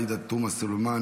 עאידה תומא סלימאן,